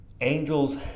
Angels